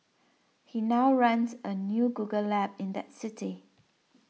he now runs a new Google lab in that city